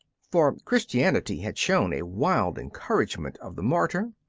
for christianity had shown a wild encouragement of the martyr.